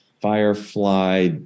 Firefly